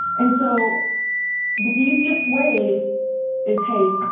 and so the easiest way is, hey,